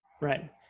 Right